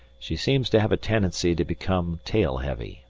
she seems to have a tendency to become tail-heavy,